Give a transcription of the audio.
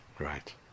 Right